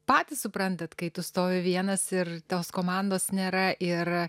patys suprantat kai tu stovi vienas ir tos komandos nėra ir